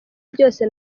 byose